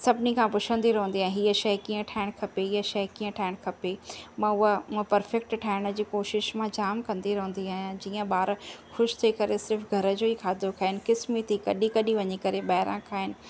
सभिनी खां पुछंदी रहंदी आहे हीअ शइ कीअं ठाहिण खपे इहा शइ कीअं ठाहिणु खपे मां उहा परफेक्ट ठाहिण जी कोशिशि मां जाम कंदी रहंदी आहियां जीअं ॿार ख़ुशि थी करे सिर्फ़ु घर जो ई खाधो खाइनि कॾहिं कॾहिं वञी करे ॿाहिरां खाइनि